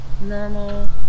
normal